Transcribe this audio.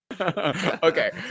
okay